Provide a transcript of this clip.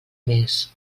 mes